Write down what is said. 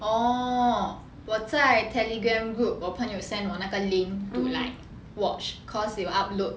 orh 我在 telegram group 我朋友 send 我那个 link to like watch cause 有 upload